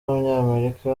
w’umunyamerika